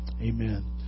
amen